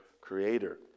creator